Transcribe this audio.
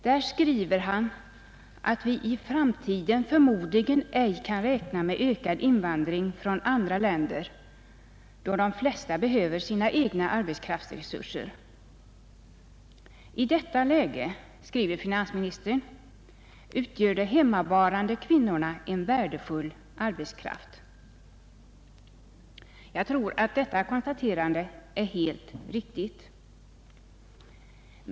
Där skriver han att vi i framtiden förmodligen ej kan räkna med ökad invandring från andra länder, då de flesta av dessa behöver sina egna arbetskraftsresurser. I detta läge, skriver finansministern, utgör de hemmavarande kvinnorna en mycket värdefull arbetskraft. Jag tror att detta konstaterande är helt riktigt.